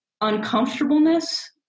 uncomfortableness